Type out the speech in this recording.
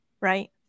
right